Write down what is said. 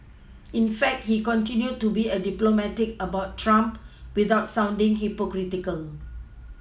in fact he continued to be diplomatic about Trump without sounding hypocritical